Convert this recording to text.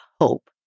hope